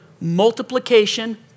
Multiplication